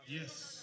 Yes